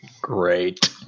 Great